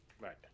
Right